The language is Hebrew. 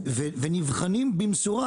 ונבחנים במשורה.